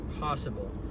possible